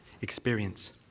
experience